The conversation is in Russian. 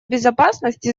безопасности